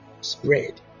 spread